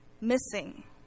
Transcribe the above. missing